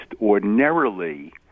ordinarily